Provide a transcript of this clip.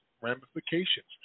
ramifications